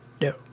No